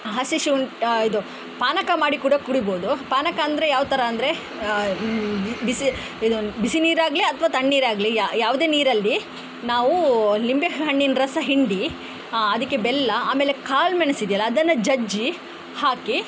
ಹಸಿಶುಂಠಿ ಇದು ಪಾನಕ ಮಾಡಿ ಕೂಡ ಕುಡೀಬೋದು ಪಾನಕ ಅಂದರೆ ಯಾವ ಥರ ಅಂದರೆ ಬಿಸಿ ಇದು ಬಿಸಿ ನೀರಾಗಲಿ ಅಥವಾ ತಣ್ಣೀರಾಗಲಿ ಯಾವ್ದೇ ನೀರಲ್ಲಿ ನಾವು ಲಿಂಬೆ ಹಣ್ಣಿನ ರಸ ಹಿಂಡಿ ಅದಕ್ಕೆ ಬೆಲ್ಲ ಆಮೇಲೆ ಕಾಳ್ಮೆಣಸು ಇದೆಯಲ್ಲ ಅದನ್ನು ಜಜ್ಜಿ ಹಾಕಿ